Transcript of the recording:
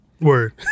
word